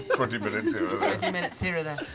twenty minutes minutes here or there.